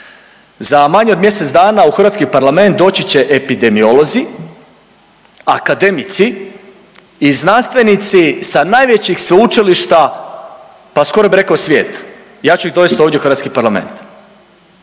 za manje od mjesec dana u hrvatski Parlament doći će epidemiolozi, akademici i znanstvenici sa najvećih sveučilišta pa skoro bi rekao svijeta, ja ću ih dovest ovdje u hrvatski Parlament